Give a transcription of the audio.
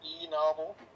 e-novel